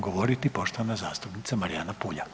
govoriti poštovana zastupnica Marijana Puljak.